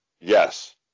Yes